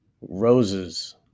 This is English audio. roses